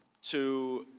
to